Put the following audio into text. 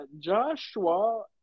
Joshua